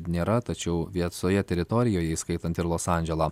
nėra tačiau vietsoje teritorijoje įskaitant ir los andželą